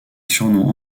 surnom